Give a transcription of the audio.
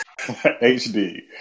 HD